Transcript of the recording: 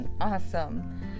Awesome